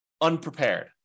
unprepared